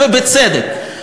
ובצדק.